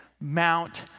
Mount